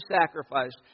sacrificed